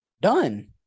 Done